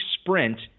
sprint